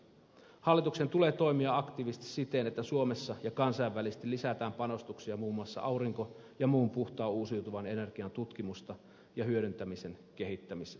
hallituksen tulee toimia aktiivisesti siten että suomessa ja kansainvälisesti lisätään panostuksia muun muassa aurinko ja muun puhtaan uusiutuvan energian tutkimuksen ja hyödyntämisen kehittämiseen